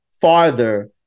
farther